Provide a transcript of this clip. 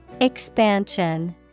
Expansion